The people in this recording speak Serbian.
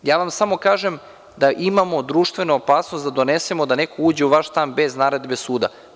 Samo vam kažem da imamo društvenu opasnost da donesemo da neko uđe u vaš stan bez naredbe suda.